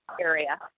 area